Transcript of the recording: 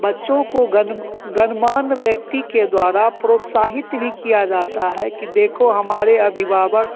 बच्चों को गन्म गनमान व्यक्ति के द्वारा प्रोत्साहित भी किया जाता है कि देखो हमारे अभिभावक